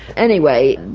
anyway,